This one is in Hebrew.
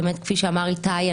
כפי שאמר איתי,